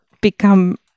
become